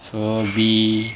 so B